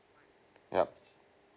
yup